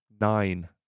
nine